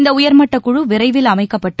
இந்த உயர்மட்டக் குழு விரைவில் அமைக்கப்பட்டு